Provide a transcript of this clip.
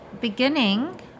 beginning